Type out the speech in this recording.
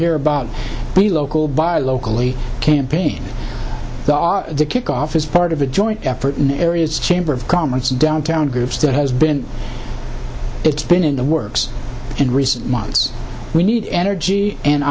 hear about the local buy locally campaign to kick off as part of a joint effort in areas chamber of commerce downtown groups that has been it's been in the works in recent months we need energy and